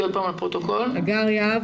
בגעש,